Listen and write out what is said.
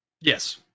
Yes